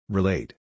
Relate